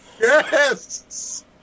Yes